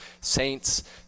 saints